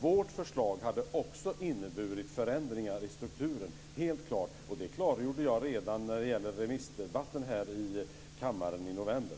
Vårt förslag hade också inneburit förändringar i strukturen, helt klart, och det klargjorde jag redan i remissdebatten här i kammaren i november.